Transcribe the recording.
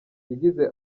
yagize